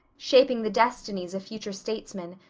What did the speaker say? shaping the destinies of future statesmen,